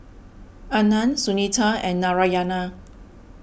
Anand Sunita and Narayana